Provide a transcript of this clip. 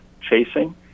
chasing